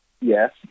Yes